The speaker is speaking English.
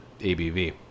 ABV